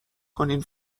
کنین